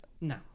No